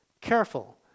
careful